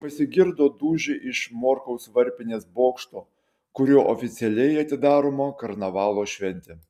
pasigirdo dūžiai iš morkaus varpinės bokšto kuriuo oficialiai atidaroma karnavalo šventė